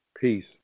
peace